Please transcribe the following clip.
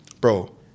bro